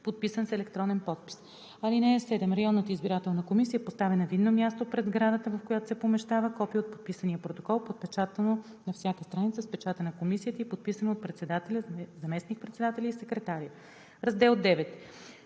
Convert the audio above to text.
подписан с електронен подпис. (7) Районната избирателна комисия поставя на видно място пред сградата, в която се помещава, копие от подписания протокол, подпечатано на всяка страница с печата на комисията и подписано от председателя, заместник-председателя и секретаря. Раздел IX.